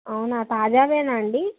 అవునా తాజావేనాండి